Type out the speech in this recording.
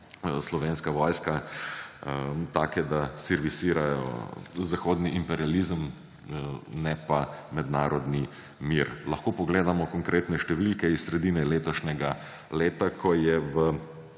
Slovenska vojska, take, da servisirajo zahodni imperializem, ne pa mednarodnega mira. Lahko pogledamo konkretne številke iz sredine letošnjega leta, ko so v